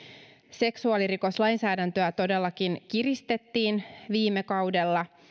seksuaalirikoslainsäädäntöä todellakin kiristettiin viime kaudella